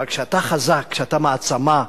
אבל כשאתה חזק, כשאתה מעצמה,